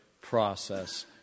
process